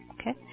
Okay